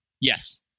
Yes